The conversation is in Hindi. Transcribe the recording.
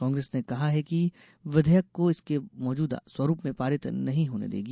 कांग्रेस ने कहा है कि वह विधेयक को इसके मौजूदा स्वरूप में पारित नहीं होने देगी